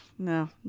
No